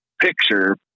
picture